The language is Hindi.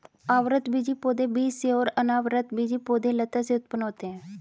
आवृतबीजी पौधे बीज से और अनावृतबीजी पौधे लता से उत्पन्न होते है